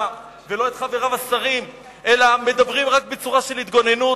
ולא את חבריו השרים מדברים אלא רק בצורה של התגוננות.